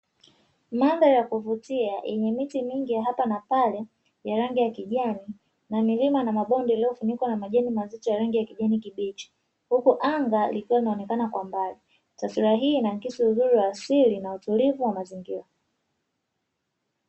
Mandhari ya kuvutia yenye miti mingi ya hapa na pale ya rangi ya kijani na milima na mabonde iliyofunikwa na majani mazito ya rangi ya kijani kibichi huku anga likiwa linaonekana kwa mbali, taswira hii inaakisi uzuri wa asilili na utulivu wa mazingira.